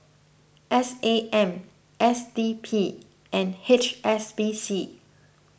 S A M S D P and H S B C